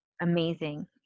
amazing